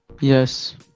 Yes